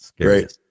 Great